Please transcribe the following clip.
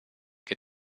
che